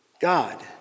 God